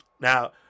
Now